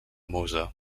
mosa